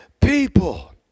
people